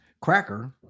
cracker